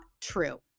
true